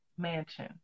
mansion